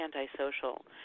antisocial